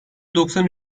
doksan